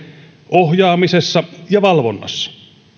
ohjaamisessa ja valvonnassa